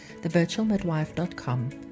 thevirtualmidwife.com